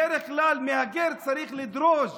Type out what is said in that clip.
בדרך כלל מהגר צריך לדרוש